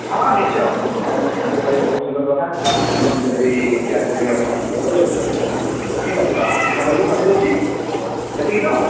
ହଁ ନିଶ୍ଚୟ ଆପଣ ଯଦି ଫୋନ ପେ' କରିବେ ବହୁତ ସୁନ୍ଦର କଥା ସେମିତି ହେଲେ ବି କ୍ୟାସ ଦେଲେ ବି ଆପଣ ସୁନ୍ଦର କଥା କିଛି ଅସୁବିଧା ନାଇଁ ଠିକ ଅଛି ତାହେଲେ ମୁଁ କରିକି ପଠେଇ ଦେଉଛି ସେତିକି ତ